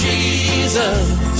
Jesus